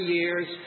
years